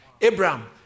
Abraham